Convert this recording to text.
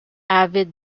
avid